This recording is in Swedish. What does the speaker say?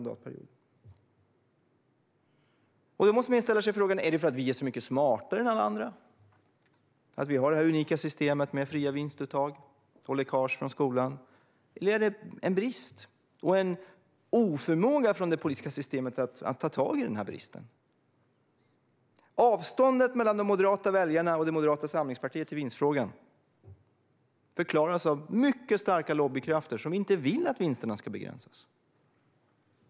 Då måste man ställa sig frågan: Är det för att vi är så mycket smartare än alla andra som vi har det unika systemet med fria vinstuttag och läckage från skolan, eller handlar det om en brist och en oförmåga från det politiska systemet att ta tag i denna brist? Avståndet mellan de moderata väljarna och Moderata samlingspartiet i vinstfrågan förklaras av mycket starka lobbykrafter som inte vill att vinsterna ska begränsas.